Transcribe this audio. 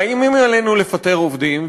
מאיימים עלינו בפיטורי עובדים,